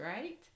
right